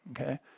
okay